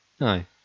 Aye